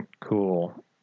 cool